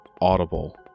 audible